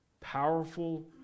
powerful